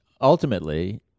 ultimately